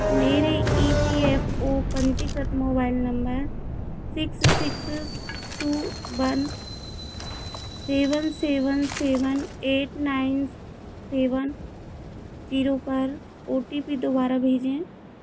मेरे E P F O पंजीकृत mobile number six six two one seven seven seven eight nine seven zero पर O T P दोबारा भेजें